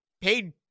paid